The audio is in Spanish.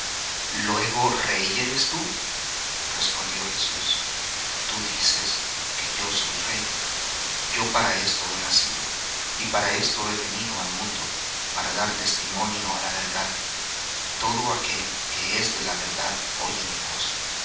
luego rey eres tú respondió jesús tú dices que yo soy rey yo para esto he nacido y para esto he venido al mundo para dar testimonio á la verdad todo aquél que es de la verdad oye mi voz